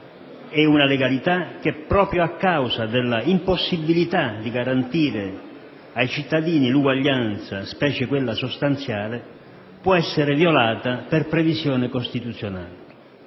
e una legalità che, proprio a causa dell'impossibilità di garantire ai cittadini l'uguaglianza, specie quella sostanziale, può essere violata per previsione costituzionale.